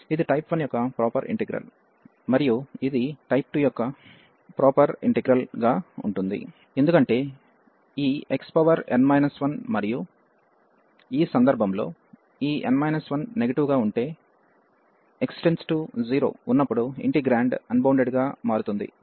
ఇది టైప్ 1 యొక్క proper integral మరియు ఇది టైప్ 2 యొక్క ప్రాపర్ ఇంటిగ్రల్ గా ఉంటుంది ఎందుకంటే ఈ xn 1మరియు ఈ సందర్భంలో ఈ n 1 నెగటివ్ గా ఉంటే x → 0 ఉన్నప్పుడు ఇంటిగ్రేండ్ అన్బౌండెడ్ గా మారుతుంది